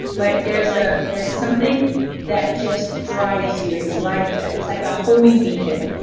but there's ah there's something that just drives you, it's like it's like a homing beacon.